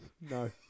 No